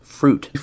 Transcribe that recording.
fruit